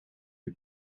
uur